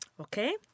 Okay